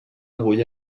avui